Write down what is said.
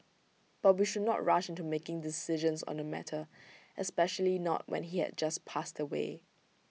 but we should not rush into making decisions on this matter especially not when he had just passed away